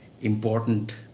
important